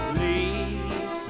Please